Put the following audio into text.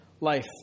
life